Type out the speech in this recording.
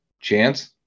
chance